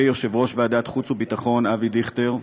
יושב-ראש ועדת החוץ והביטחון אבי דיכטר,